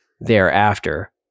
thereafter